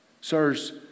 Sirs